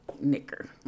knicker